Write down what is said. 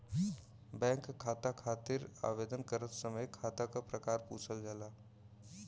bank खाता खातिर आवेदन करत समय खाता क प्रकार पूछल जाला